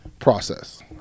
Process